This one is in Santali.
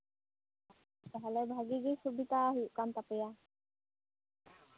ᱛᱟᱦᱞᱮ ᱵᱷᱟᱹᱜᱤᱜᱮ ᱥᱩᱵᱤᱫᱷᱟ ᱦᱩᱭᱩᱜ ᱠᱟᱱ ᱛᱟᱯᱮᱭᱟ